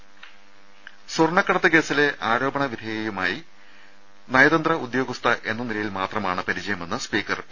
രുര സ്വർണക്കടത്ത് കേസിലെ ആരോപണ വിധേയയുമായി നയതന്ത്ര ഉദ്യോഗസ്ഥ എന്ന നിലയിൽ മാത്രമാണ് പരിചയമെന്ന് സ്പീക്കർ പി